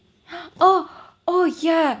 oh oh yeah